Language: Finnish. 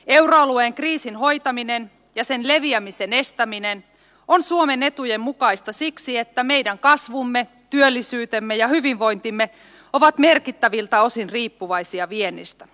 euroalueen kriisin hoitaminen ja sen leviämisen estäminen on suomen etujen mukaista siksi että meidän kasvumme työllisyytemme ja hyvinvointimme ovat merkittävältä osin riippuvaisia viennistä